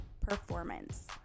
performance